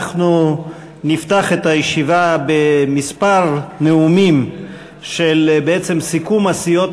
אנחנו נפתח את הישיבה בכמה נאומי סיכום של הסיעות